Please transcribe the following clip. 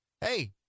hey